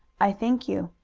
i thank you.